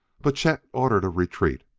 but chet ordered a retreat.